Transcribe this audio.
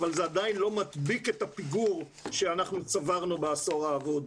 אבל זה עדיין לא מדביק את הפיגור שאנחנו צברנו בעשור האבוד.